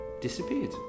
disappeared